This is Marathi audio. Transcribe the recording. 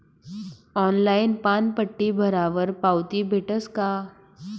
ऑनलाईन पानपट्टी भरावर पावती भेटस का?